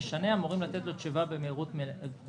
נשנע את הבדיקה ואמורים לתת לו תשובה במהירות רבה.